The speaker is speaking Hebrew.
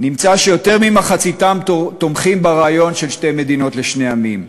נמצא שיותר ממחציתם תומכים ברעיון של שתי מדינות לשני עמים,